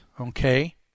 Okay